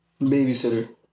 babysitter